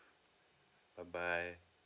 bye bye